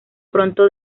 pronto